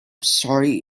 sorry